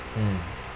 mm